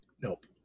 Nope